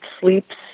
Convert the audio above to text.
sleeps